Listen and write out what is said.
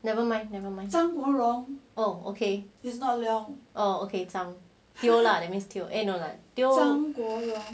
never mind never mind oh okay it's not teo lah okay teo lah that means still teo